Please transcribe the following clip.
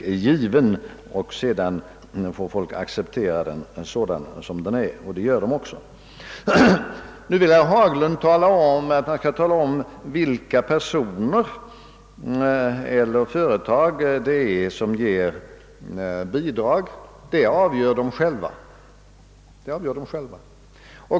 Människorna får acceptera vår politik sådan den är — och det gör de också! Nu vill herr Haglund att vi skall tala om vilka personer eller företag som ger bidrag — men den saken avgör de själva!